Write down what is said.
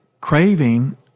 craving